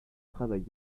travaille